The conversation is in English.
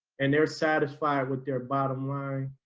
and they're satisfied with their bottom line,